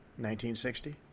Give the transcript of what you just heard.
1960